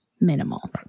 minimal